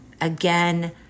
again